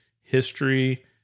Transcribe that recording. history